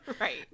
right